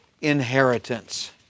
inheritance